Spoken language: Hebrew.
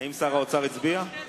האם שר האוצר הצביע?